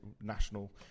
national